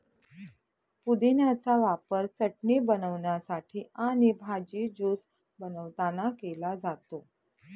पुदिन्याचा वापर चटणी बनवण्यासाठी आणि भाजी, ज्यूस बनवतांना केला जातो